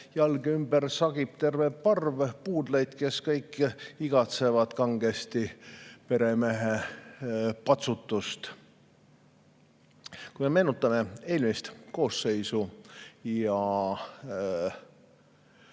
jalge ümber sagib terve parv puudleid, kes kõik igatsevad kangesti peremehe patsutust. Meenutame eelmist koosseisu ja